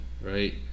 right